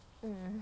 mm